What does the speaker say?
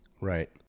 Right